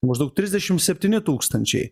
maždaug trisdešimt septyni tūkstančiai